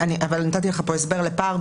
אבל נתתי לך פה הסבר לפער,